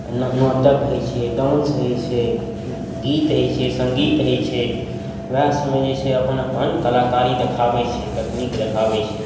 नाटक होइ छै डान्स होइ छै गीत होइ छै सङ्गीत होइ छै वएह सभमे जे छै से अपन अपन कलाकारी देखाबै छै तकनीक देखाबै छै